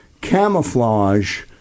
camouflage